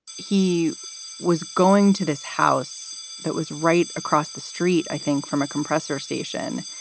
he was going to this house that was right across the street, i think, from a compressor station.